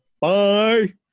Bye